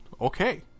Okay